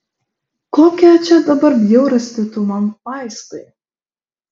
kokią čia dabar bjaurastį tu man paistai